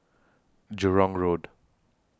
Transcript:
Jurong Road